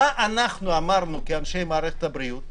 מה אנחנו אמרנו כאנשי מערכת הבריאות,